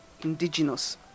indigenous